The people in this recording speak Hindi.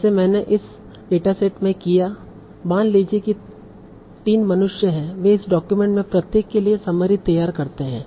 जैसे मैंने इस डेटासेट में किया मान लीजिए कि 3 मनुष्य हैं वे इस डॉक्यूमेंट से प्रत्येक के लिए समरी तैयार करते हैं